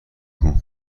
نکن